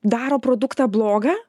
daro produktą blogą